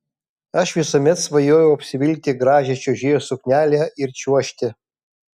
aš visuomet svajojau apsivilkti gražią čiuožėjos suknelę ir čiuožti